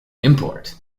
import